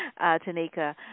Tanika